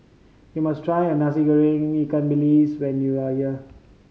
you must try a Nasi Goreng ikan bilis when you are here